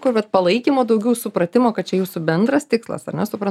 kur vat palaikymo daugiau supratimo kad čia jūsų bendras tikslas ar nesupran